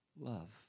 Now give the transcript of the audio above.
love